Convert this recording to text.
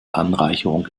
anreicherung